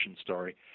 story